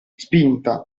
spinta